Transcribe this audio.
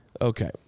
Okay